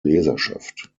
leserschaft